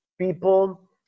people